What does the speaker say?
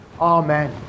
Amen